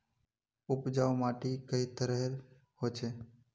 उपजाऊ माटी कई तरहेर होचए?